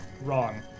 wrong